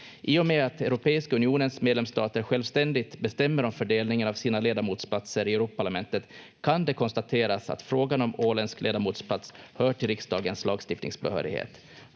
medlemsstater självständigt bestämmer om fördelningen av sina ledamotsplatser i Europaparlamentet kan det konstateras att frågan om åländsk ledamotsplats hör till riksdagens lagstiftningsbehörighet.